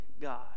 God